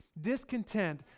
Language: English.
discontent